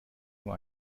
nur